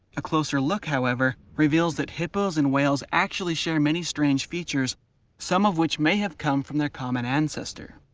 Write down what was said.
a closer look however, reveals that hippos and whales, actually share many strange features some of which may have come from their common ancestor.